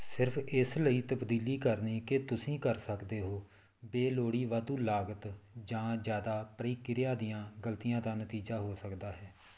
ਸਿਰਫ਼ ਇਸ ਲਈ ਤਬਦੀਲੀ ਕਰਨੀ ਕਿ ਤੁਸੀਂ ਕਰ ਸਕਦੇ ਹੋ ਬੇਲੋੜੀ ਵਾਧੂ ਲਾਗਤ ਜਾਂ ਜ਼ਿਆਦਾ ਪ੍ਰਕਿਰਿਆ ਦੀਆਂ ਗਲਤੀਆਂ ਦਾ ਨਤੀਜਾ ਹੋ ਸਕਦਾ ਹੈ